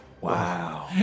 Wow